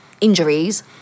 injuries